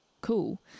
cool